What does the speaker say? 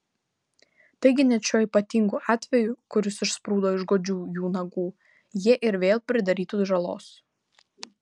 taigi net šiuo ypatingu atveju kuris išsprūdo iš godžių jų nagų jie ir vėl pridarytų žalos